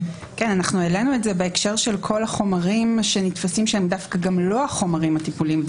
העלינו את זה בהקשר של כל החומרים שנתפסים שהם לא החומרים הטיפוליים.